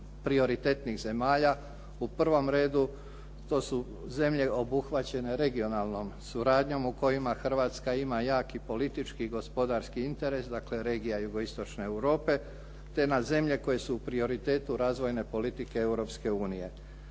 prioritetnih zemalja, u prvom redu to su zemlje obuhvaćene regionalnom suradnjom u kojima Hrvatska ima jaki politički i gospodarski interes, dakle regija jugo-istočne Europe te na zemlje koje su u prioritetu razvojne politike